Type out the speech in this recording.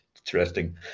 interesting